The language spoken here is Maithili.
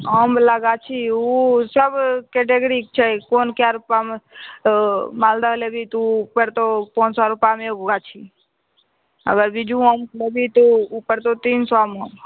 आम बला गाछ ओ सब केटगरीके छै कोन कए रूपामे मालदह लेबही तू ओ परतौ पाँच सए रूपामे एगो गाछ आ वएह बिज्जू आम लेबही ओ परतौ तीन सएमे